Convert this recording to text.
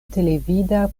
televida